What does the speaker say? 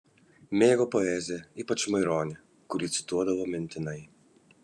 mėgo poeziją ypač maironį kurį cituodavo mintinai